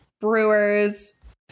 Brewers